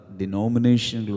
denomination